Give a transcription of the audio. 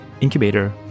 incubator